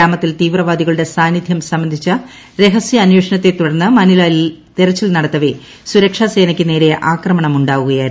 ഗ്രാമത്തിൽ തീവ്രവാദികളുടെ സ്ട്രന്നിധ്യം സംബന്ധിച്ച രഹസ്യാന്വേഷണത്തെ തുടർന്ന് മനിലാലിൽ തെരച്ചിൽ നടത്തവെ സുരക്ഷാസേനക്ക് നേരെ ആക്രമണം ഉണ്ടാകുകയായിരുന്നു